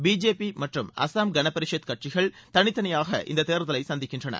BJP மற்றும் அசாம் கனபரிஷத் கட்சிகள் தனித்தனியாக இந்தத் தேர்தலை சந்திக்கின்றன